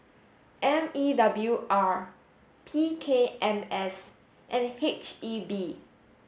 M E W R P K M S and H E B